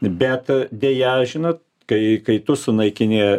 bet deja aš žinot kai kai tu sunaikini